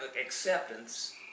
acceptance